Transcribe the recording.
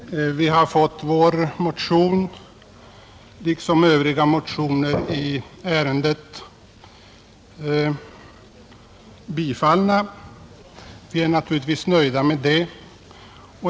Herr talman! Vi har fått vår motion tillstyrkt, och så har också skett med övriga motioner i ärendet. Vi är naturligtvis nöjda med det.